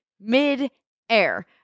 mid-air